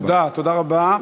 תודה רבה.